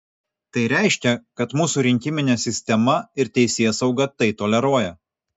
tai reiškia kad mūsų rinkiminė sistema ir teisėsauga tai toleruoja